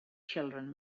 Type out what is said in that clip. children